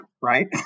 right